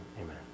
Amen